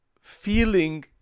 feeling